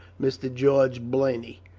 mr. george blaney.